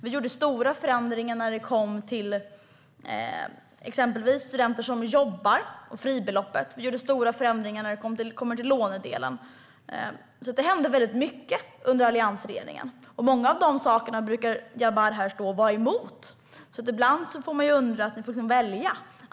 Vi gjorde stora förändringar, exempelvis i fribeloppet, vilket gjorde skillnad för studenter som jobbar. Vi gjorde också stora förändringar när det gäller lånedelen. Det hände mycket under alliansregeringens tid. Många av de sakerna brukar Jabar vara emot. Du får bestämma dig.